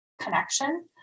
connection